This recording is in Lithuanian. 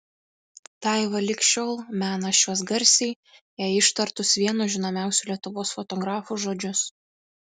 daiva lig šiol mena šiuos garsiai jai ištartus vieno žinomiausių lietuvos fotografų žodžius